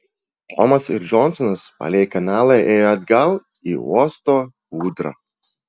tomas ir džonsonas palei kanalą ėjo atgal į uosto ūdrą